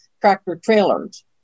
tractor-trailers